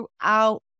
throughout